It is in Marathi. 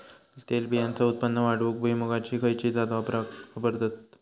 तेलबियांचा उत्पन्न वाढवूक भुईमूगाची खयची जात वापरतत?